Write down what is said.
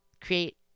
Create